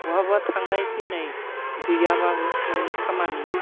बहाबा थांनाय फैनाय गैयाबाबो न'नि खामानि